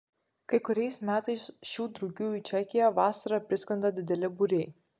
kai kuriais metais šių drugių į čekiją vasarą priskrenda dideli būriai